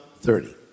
thirty